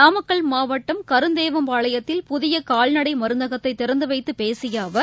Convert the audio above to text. நாமக்கல் மாவட்டம் கருந்தேவம்பாளையத்தில் புதிய கால்நடை மருந்தகத்தை திறந்துவைத்து பேசிய அவர்